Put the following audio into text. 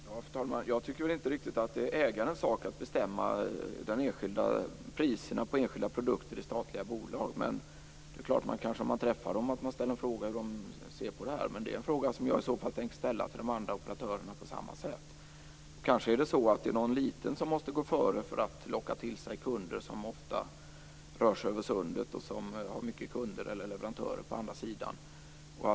Fru talman! Jag tycker inte riktigt att det är ägarens sak att bestämma priserna på enskilda produkter i statliga bolag. Men om jag träffar dem kanske jag ställer en fråga om hur de ser på det här. Men det är en fråga som jag i så fall också tänker ställa till de andra operatörerna. Kanske måste något litet bolag gå före för att locka till sig kunder som ofta rör sig över sundet och har många kunder eller leverantörer på andra sidan.